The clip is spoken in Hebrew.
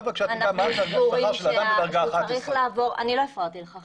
בבקשה תדע מה השכר של אדם בדרגה 11. אני לא הפרעתי לך,